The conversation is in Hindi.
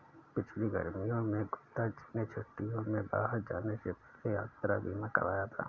पिछली गर्मियों में गुप्ता जी ने छुट्टियों में बाहर जाने से पहले यात्रा बीमा कराया था